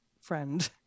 friend